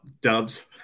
dubs